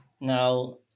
Now